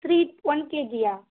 three one கேஜியா